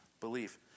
belief